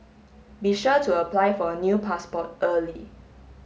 be sure to apply for a new passport early